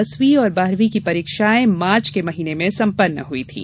दसवीं और बारहवीं की परीक्षाएं मार्च के महीने में संपन्न हुयी थीं